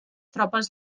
tropes